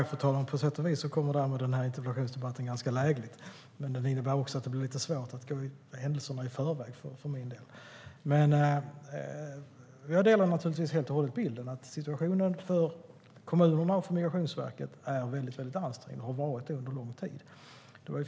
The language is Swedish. Fru talman! På sätt och vis kommer den här interpellationsdebatten ganska lägligt, men det innebär också att det för min del blir lite svårt eftersom jag inte vill gå händelserna i förväg. Jag delar naturligtvis helt och hållet bilden att situationen för kommunerna och för Migrationsverket är väldigt ansträngd och har varit det under lång tid.